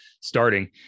starting